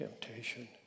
temptation